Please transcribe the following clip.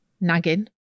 nagging